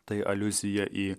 tai aliuzija į